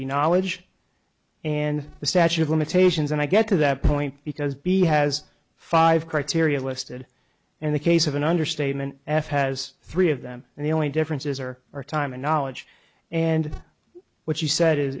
be knowledge and the statute of limitations and i get to that point because b has five criteria listed in the case of an understatement f has three of them and the only differences are are time and knowledge and what you said